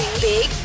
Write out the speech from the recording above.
Big